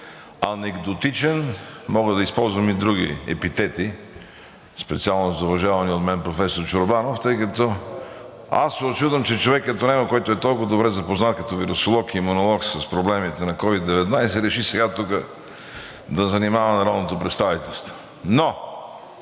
анекдотичен. Мога да използвам и други епитети. Специално за уважавания от мен професор Чорбанов, аз се учудвам, че човек като него, който е толкова добре запознат като вирусолог и имунолог с проблемите на COVID-19, реши сега тук да занимава народното представителство. Но